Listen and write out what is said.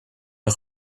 les